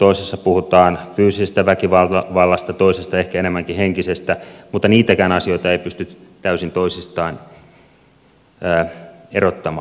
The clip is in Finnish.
toisessa puhutaan fyysisestä väkivallasta toisessa ehkä enemmänkin henkisestä mutta niitäkään asioita ei pysty täysin toisistaan erottamaan